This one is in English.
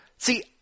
See